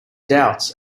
doubts